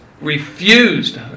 refused